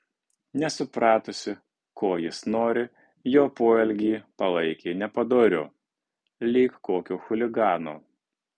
nesupratusi ko jis nori jo poelgį palaikė nepadoriu lyg kokio chuligano